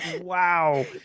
Wow